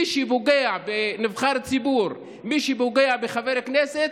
מי שפוגע בנבחר ציבור, מי שפוגע בחבר כנסת,